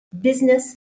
business